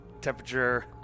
temperature